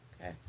Okay